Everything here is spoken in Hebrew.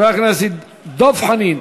חבר הכנסת דב חנין,